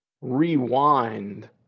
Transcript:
rewind